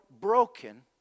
broken